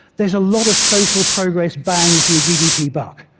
there's a lot of social progress bang for your gdp buck.